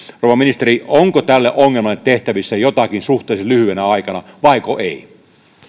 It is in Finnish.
rouva ministeri onko tälle ongelmalle tehtävissä jotakin suhteellisen lyhyenä aikana vaiko ei